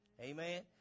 Amen